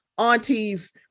aunties